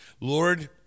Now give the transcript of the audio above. Lord